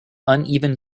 uneven